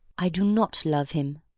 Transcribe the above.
i do not love him!